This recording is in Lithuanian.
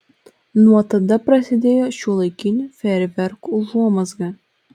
nuo tada prasidėjo šiuolaikinių fejerverkų užuomazga